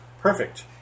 perfect